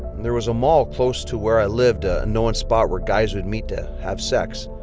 there was a mall close to where i lived, a known spot where guys would meet to have sex.